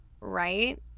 right